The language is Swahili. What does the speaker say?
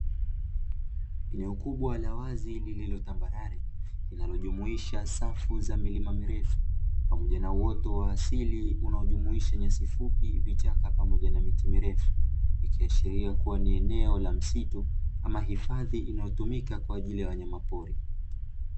Eneo kubwa la wazi lililo tambarare, linalojumuisha safu ya milima mirefu, pamoja na uoto wa asili unaojumuisha nyasi fupi, vichaka pamoja na miti mirefu, ikiashiria kuwa ni eneo la msitu ama hifadhi inayotumika kwa ajili ya wanyamapori.